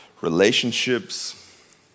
relationships